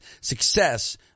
success